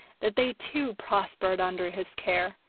that they too prospered under his care,